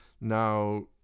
now